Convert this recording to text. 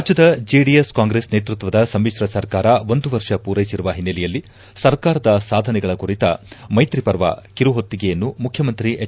ರಾಜ್ಯದ ಜೆಡಿಎಸ್ ಕಾಂಗ್ರೆಸ್ ನೇತೃತ್ವದ ಸಮಿತ್ರ ಸರ್ಕಾರ ಒಂದು ವರ್ಷ ಮೂರೈಸಿರುವ ಹಿನ್ನೆಲೆಯಲ್ಲಿ ಸರ್ಕಾರದ ಸಾಧನೆಗಳ ಕುರಿತ ಮೈತ್ರಿ ಪರ್ವ ಕಿರುಹೊತ್ತಿಗೆಯನ್ನು ಮುಖ್ಯಮಂತ್ರಿ ಎಚ್